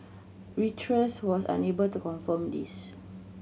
reuters was unable to confirm this